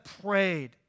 prayed